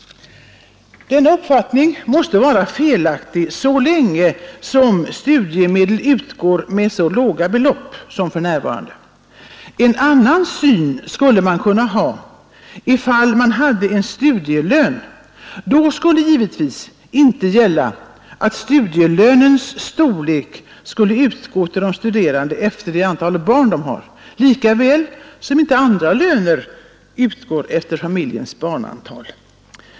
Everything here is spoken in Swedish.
Denna uppfattning måste vara felaktig, så länge studiemedel utgår med så låga belopp som för närvarande. — En annan syn vore möjlig, ifall man hade studielön. Då skulle givetvis inte studielönens storlek bestämmas av det antal barn studerande har lika litet som andra löner utgår efter familjens barnantal.